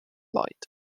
light